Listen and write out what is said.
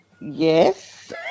Yes